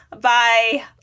bye